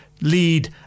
lead